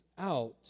out